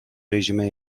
rejime